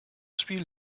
spiel